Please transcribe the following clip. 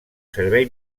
servei